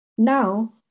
Now